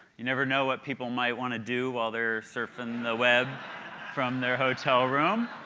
you never know what people might want to do while they're surfing the web from their hotel room.